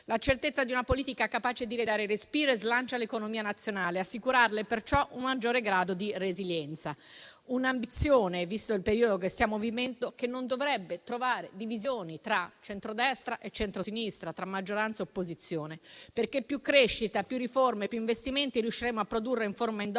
la certezza di una politica capace di ridare respiro e slancio all'economia nazionale e di assicurarle perciò un maggiore grado di resilienza. È un'ambizione, visto il periodo che stiamo vivendo, che non dovrebbe trovare divisioni tra centrodestra e centrosinistra, tra maggioranza e opposizione, perché più crescita, più riforme e più investimenti riusciremo a produrre in forma endogena